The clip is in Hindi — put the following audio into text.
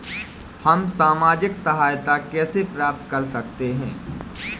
हम सामाजिक सहायता कैसे प्राप्त कर सकते हैं?